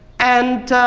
and